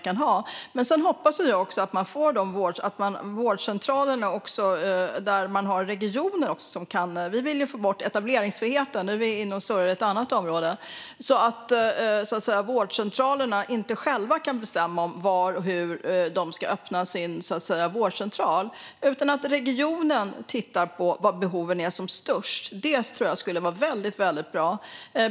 Det måste också finnas någon form av gräns för hur många patienter man kan ha. Vi vill få bort etableringsfriheten - nu är vi inne och surrar i ett annat område - så att vårdcentralerna inte själva kan bestämma var och hur de ska öppna. I stället bör regionen titta på var behoven är som störst. Det tror jag skulle vara väldigt bra.